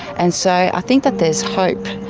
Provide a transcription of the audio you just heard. and so i think that there is hope,